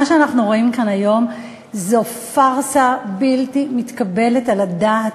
מה שאנחנו רואים כאן היום זאת פארסה בלתי מתקבלת על הדעת